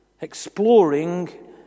exploring